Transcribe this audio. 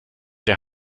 der